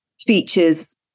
features